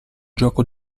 gioco